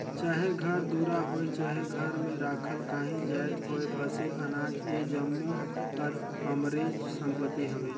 चाहे घर दुरा होए चहे घर में राखल काहीं जाएत होए फसिल, अनाज ए जम्मो हर हमरेच संपत्ति हवे